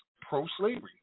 pro-slavery